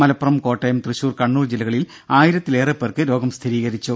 മലപ്പുറം കോട്ടയം തൃശൂർ കണ്ണൂർ ജില്ലകളിൽ ആയിരത്തിലേറെ പേർക്ക് രോഗം സ്ഥിരീകരിച്ചു